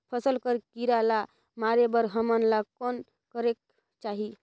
फसल कर कीरा ला मारे बर हमन ला कौन करेके चाही?